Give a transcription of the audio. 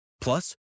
Plus